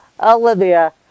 Olivia